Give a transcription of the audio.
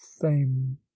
fame